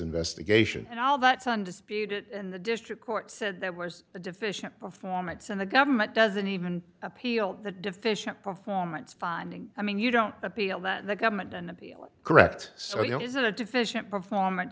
investigation and all that's on dispute it and the district court said there was a deficient performance and the government doesn't even appeal the deficient performance finding i mean you don't appeal that the government an appeal correct so you know it isn't a deficient performance